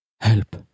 help